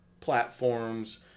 platforms